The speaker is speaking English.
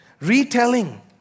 retelling